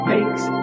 Makes